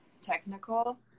technical